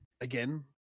Again